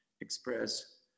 express